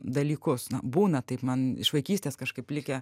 dalykus na būna taip man iš vaikystės kažkaip likę